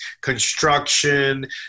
construction